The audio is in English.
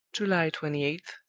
july twenty eighth,